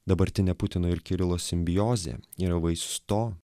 dabartinė putino ir kirilo simbiozė yra vaisius to